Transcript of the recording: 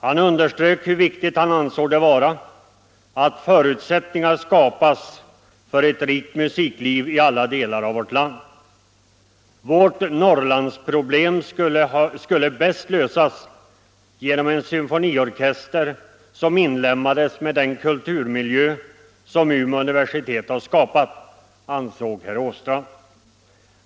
Han underströk hur viktigt han ansåg det vara att förutsättningar skapades för ett rikt musikliv i alla delar av vårt land. Vårt Norrlandsproblem skulle bäst lösas genom att en symfoniorkester inlemmas med den kulturmiljö som Umeå universitet skapat, ansåg herr Åstrand.